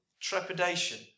trepidation